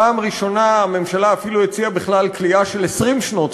בפעם הראשונה הממשלה אפילו הציעה בכלל כליאה של 20 שנה,